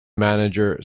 manager